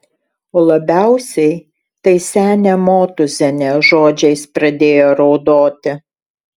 o labiausiai tai senė motūzienė žodžiais pradėjo raudoti